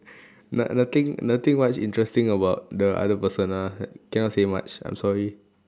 not~ nothing nothing much interesting about the other person ah cannot say much I'm sorry